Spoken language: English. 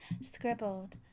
scribbled